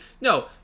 no